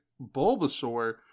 Bulbasaur